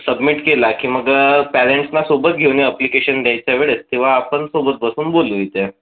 submit केला की मग पेरेंट्सना सोबत घेऊन ये अप्लिकेशन द्यायच्या वेळेस तेव्हा आपण सोबत बसून बोलू इथे